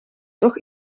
toch